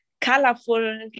colorful